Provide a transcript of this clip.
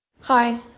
Hi